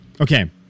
Okay